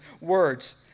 words